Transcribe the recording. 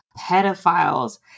pedophiles